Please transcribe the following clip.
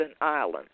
Island